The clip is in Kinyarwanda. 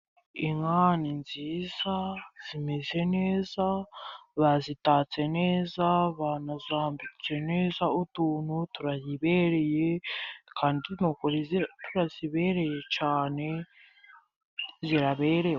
Inka ni nziza, zimeze neza, bazitatse neza, banazambitse neza utuntu turazibereye, kandi ko turazibereye cyane, ziraberewe.